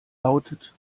lautet